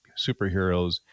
superheroes